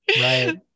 Right